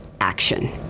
action